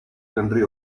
country